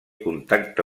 contacte